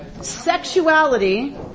Sexuality